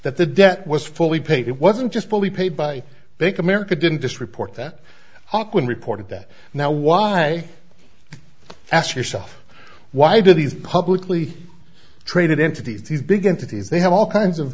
that the debt was fully paid it wasn't just fully paid by i think america didn't just report that often reported that now why ask yourself why do these publicly traded entities these big entities they have all kinds of